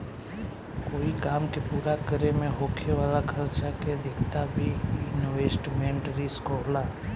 कोई काम के पूरा करे में होखे वाला खर्चा के अधिकता भी इन्वेस्टमेंट रिस्क होला